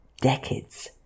decades